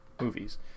movies